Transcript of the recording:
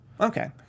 Okay